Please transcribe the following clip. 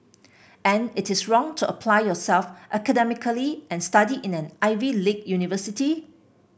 and it is wrong to apply yourself academically and study in an Ivy league university